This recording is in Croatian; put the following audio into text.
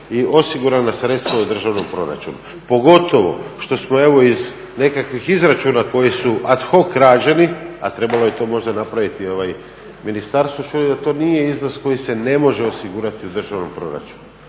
i osigurana sredstva u državnom proračunu pogotovo što smo evo iz nekakvih izračuna koji su ad hoc rađeni a trebalo je to možda napraviti ministarstvo, …/Govornik se ne razumije./… da to nije iznos koji se ne može osigurati u državnom proračunu.